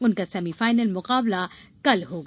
उनका सेमीफाइनल मुकाबला कल होगा